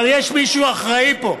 אבל יש מישהו אחראי פה,